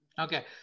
Okay